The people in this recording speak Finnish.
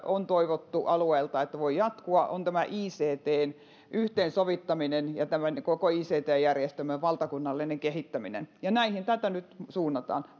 on toivottu alueilta että se voi jatkua ictn yhteensovittaminen ja tämän koko ict järjestelmän valtakunnallinen kehittäminen ja näihin tätä nyt suunnataan